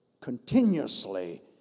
continuously